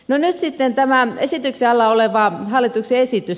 nyt sitten tämä esityksen alla oleva hallituksen esitys